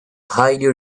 highly